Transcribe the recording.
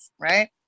right